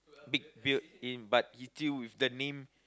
big build in but he still with the name